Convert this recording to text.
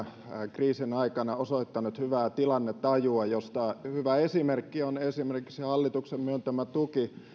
kriisin aikana osoittanut hyvää tilannetajua josta hyvä esimerkki on hallituksen myöntämä tuki